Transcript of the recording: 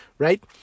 Right